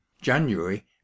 january